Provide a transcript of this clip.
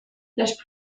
las